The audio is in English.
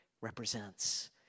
represents